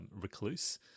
recluse